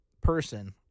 person